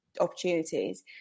opportunities